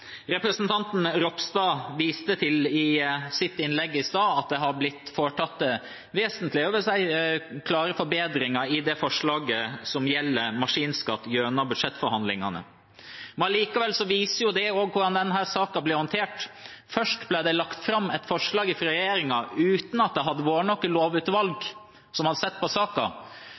representanten Ropstad til at det gjennom budsjettforhandlingene har blitt foretatt vesentlige og jeg vil si klare forbedringer i det forslaget som gjelder maskinskatt. Men allikevel viser det hvordan denne saken ble håndtert: Først ble det lagt fram et forslag fra regjeringen – uten at noe lovutvalg hadde sett på saken. Så ble det foretatt nye avgrensninger gjennom budsjettavtalen – uten at det hadde vært